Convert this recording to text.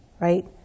right